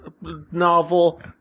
Novel